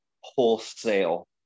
wholesale